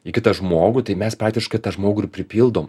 į kitą žmogų tai mes praktiškai tą žmogų ir pripildom